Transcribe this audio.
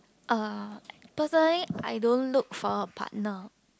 uh personally I don't look for a partner